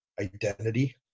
identity